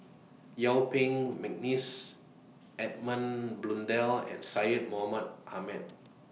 Yuen Peng Mcneice Edmund Blundell and Syed Mohamed Ahmed